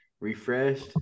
refreshed